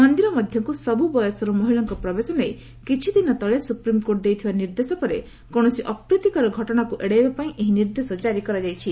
ମନ୍ଦିର ମଧ୍ୟକୁ ସବୁ ବୟସର ମହିଳାଙ୍କ ପ୍ରବେଶ ନେଇ କିଛିଦିନ ତଳେ ସୁପ୍ରିମ୍କୋର୍ଟ ଦେଇଥିବା ନିର୍ଦ୍ଦେଶ ପରେ କୌଣସି ଅପ୍ରୀତିକର ଘଟଣାକୁ ଏଡ଼ାଇବା ପାଇଁ ଏହି ନିର୍ଦ୍ଦେଶ କାରି କରାଯାଇଛି